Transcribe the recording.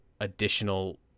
additional